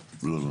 אשדוד.